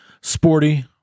Sporty